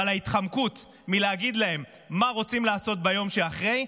אבל ההתחמקות מלהגיד להם מה רוצים לעשות ביום שאחרי,